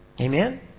Amen